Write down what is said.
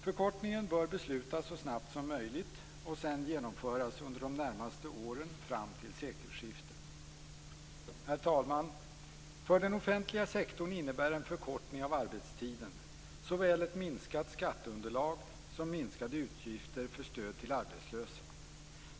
Förkortningen bör beslutas så snabbt som möjligt och sedan genomföras under de närmaste åren fram till sekelskiftet. Herr talman! För den offentliga sektorn innebär en förkortning av arbetstiden såväl ett minskat skatteunderlag som minskade utgifter för stöd till arbetslösa.